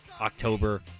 October